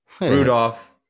Rudolph